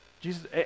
Jesus